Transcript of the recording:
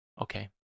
okay